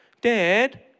Dad